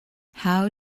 how